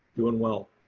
doing well.